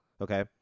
Okay